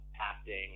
acting